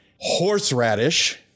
Horseradish